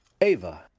Ava